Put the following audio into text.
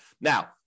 Now